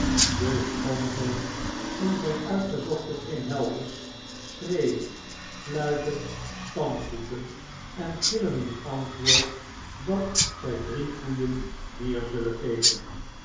de schoonzoon en zijnuitgezochte kring helpers scbreeuwen fluiten stampvoeten en gillen in antwoord dat zg drie koeien meer zullen geven